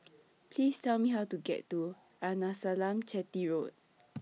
Please Tell Me How to get to Arnasalam Chetty Road